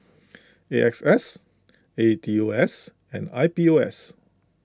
A X S A E T O S and I P O S